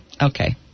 Okay